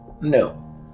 No